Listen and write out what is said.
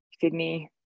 Sydney